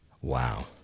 Wow